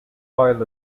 file